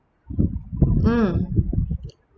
mm